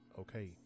okay